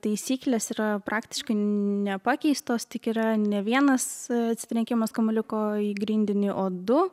taisyklės yra praktiškai nepakeistos tik yra ne vienas atsitrenkimas kamuoliuko į grindinį o du